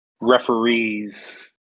referees